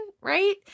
Right